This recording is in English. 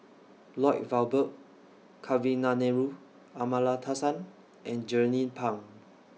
Lloyd Valberg Kavignareru Amallathasan and Jernnine Pang